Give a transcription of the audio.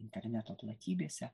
interneto platybėse